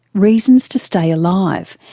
reasons to stay alive,